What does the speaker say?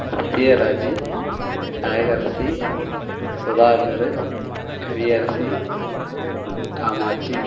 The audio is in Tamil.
சத்யராஜ் அழகரசி சுதாகர் கவியரசி காமாட்சி